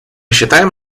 считаем